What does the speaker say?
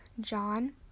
John